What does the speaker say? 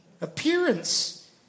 Appearance